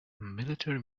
military